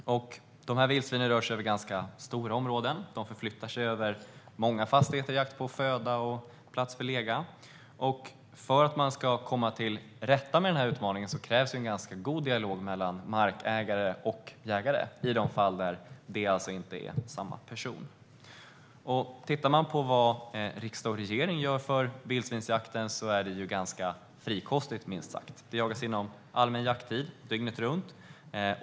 Dessa vildsvin rör sig över ganska stora områden. De förflyttar sig över många fastigheter i jakt på föda och plats för lega. För att man ska komma till rätta med denna utmaning krävs det en ganska god dialog mellan markägare och jägare i de fall där det inte är samma person. Tittar man på vad riksdag och regering gör för vildsvinsjakten är det ganska frikostigt minst sagt. Det jagas inom allmän jakttid och dygnet runt.